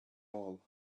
all